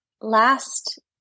last